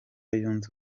yunze